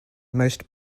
most